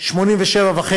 87.5